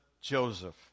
Joseph